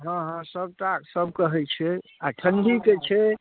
हँ हँ सबटा सबके हय छै आओर ठण्डीके छै